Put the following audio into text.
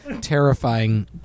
terrifying